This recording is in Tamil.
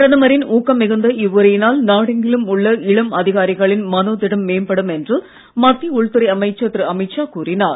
பிரதமரின் ஊக்கம் மிகுந்த இவ்வுரையினால் நாடெங்கிலும் உள்ள இளம் அதிகாரிகளின் மனோதிடம் மேம்படும் என்று மத்திய உள்துறை அமைச்சர் திரு அமித் ஷா கூறினார்